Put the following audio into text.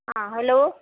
ಹಾಂ ಹಲೋ